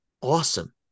awesome